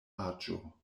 aĝo